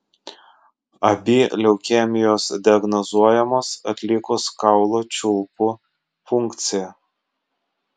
abi leukemijos diagnozuojamos atlikus kaulų čiulpų punkciją